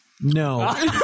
No